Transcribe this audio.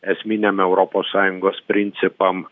esminiam europos sąjungos principam